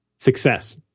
Success